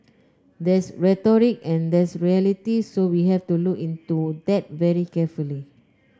there's rhetoric and there's reality so we have to look into that very carefully